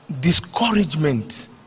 discouragement